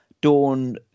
dawn